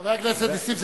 חבר הכנסת נסים זאב,